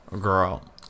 Girl